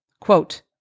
Quote